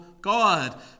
God